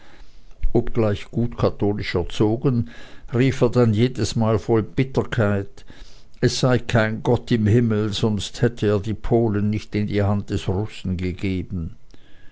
obgleich gut katholisch erzogen rief er dann jedesmal voll bitterkeit es sei kein gott im himmel sonst hätte er die polen nicht in die hand des russen gegeben